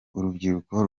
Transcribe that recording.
urubyiruko